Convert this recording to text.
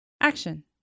Action